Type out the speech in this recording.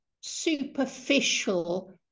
superficial